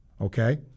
okay